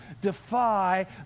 defy